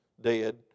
dead